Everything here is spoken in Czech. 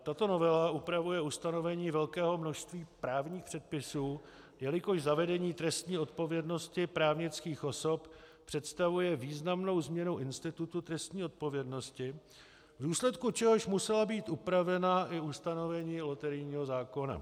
Tato novela upravuje ustanovení velkého množství právních předpisů, jelikož zavedení trestní odpovědnosti právnických osob představuje významnou změnu institutu trestní odpovědnosti, v důsledku čehož musela být upravena i ustanovení loterijního zákona.